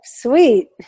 sweet